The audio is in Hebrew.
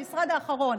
המשרד האחרון,